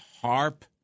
harp